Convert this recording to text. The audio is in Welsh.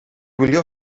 gwylio